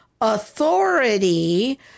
authority